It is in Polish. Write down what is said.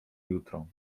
jutro